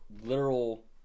Literal